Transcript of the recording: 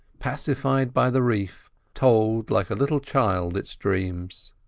pacified by the reef, told, like a little child, its dreams.